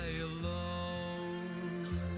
alone